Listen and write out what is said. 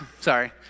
Sorry